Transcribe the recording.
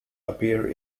appear